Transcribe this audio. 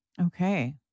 Okay